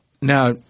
Now